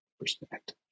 respect